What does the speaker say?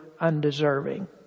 undeserving